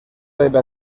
debe